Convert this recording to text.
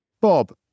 bob